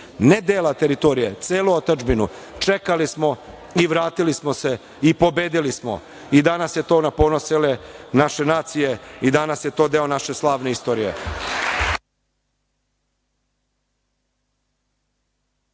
ne dela teritorije, celu otadžbinu, čekali smo, vratili smo se i pobedili smo. Danas je to na ponos cele naše nacije i danas je to deo naše slavne istorije.